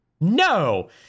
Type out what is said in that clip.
No